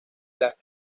las